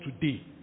today